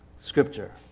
scripture